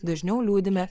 dažniau liūdime